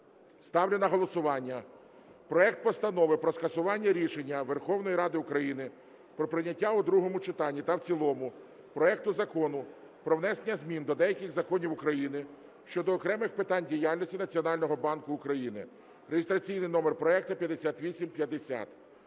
ставлю на голосування проект Постанови про скасування рішення Верховної Ради України про прийняття у другому читанні та в цілому проекту Закону "Про внесення змін до деяких законів України щодо окремих питань діяльності Національного банку України" (реєстраційний номер проекту 5850).